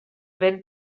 ben